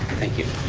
thank you.